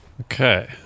Okay